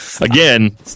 Again